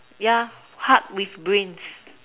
ya hard with brains